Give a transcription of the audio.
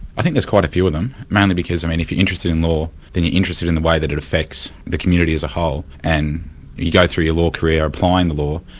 i think there's quite a few of them, mainly because um and if you're interested in law, then you're interested in the way that it affects the community as a whole. and you go through your law career applying the law,